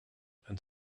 and